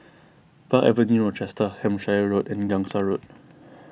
Park Avenue Rochester Hampshire Road and Gangsa Road